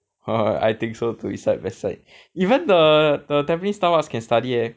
haha I think so too east side their side even the the tampines Starbucks can study leh